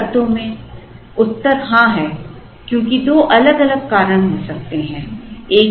कुछ अर्थों में उत्तर हाँ है क्योंकि दो अलग अलग कारण हो सकते हैं